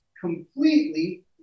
completely